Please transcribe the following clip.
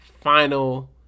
final